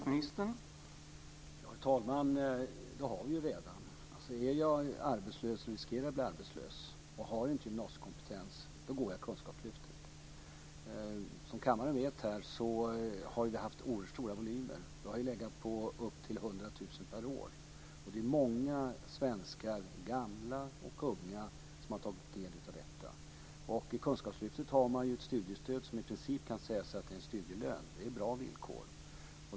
Herr talman! Dessa möjligheter finns redan. Är man arbetslös eller riskerar att bli arbetslös och inte har gymnasiekompetens kan man välja Kunskapslyftet. Som kammaren vet har volymerna varit oerhört stora. De har legat på upp till 100 000 studerande per år. Det är många svenskar, gamla och unga, som har tagit del av Kunskapslyftet. I Kunskapslyftet har man ett studiestöd som i princip kan sägas vara en studielön - det är alltså bra villkor.